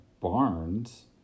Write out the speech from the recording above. barns